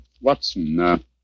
Watson